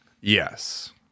Yes